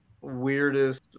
weirdest